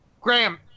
Graham